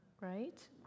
Right